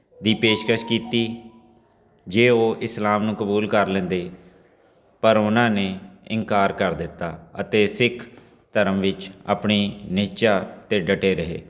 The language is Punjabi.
ਦੀ ਪੇਸ਼ਕਸ਼ ਕੀਤੀ ਜੇ ਉਹ ਇਸਲਾਮ ਨੂੰ ਕਬੂਲ ਕਰ ਲੈਂਦੇ ਪਰ ਉਹਨਾਂ ਨੇ ਇਨਕਾਰ ਕਰ ਦਿੱਤਾ ਅਤੇ ਸਿੱਖ ਧਰਮ ਵਿੱਚ ਆਪਣੀ ਨਿਸ਼ਚਾ 'ਤੇ ਡਟੇ ਰਹੇ